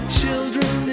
children